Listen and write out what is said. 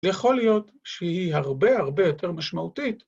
‫יכול להיות שהיא הרבה הרבה ‫יותר משמעותית.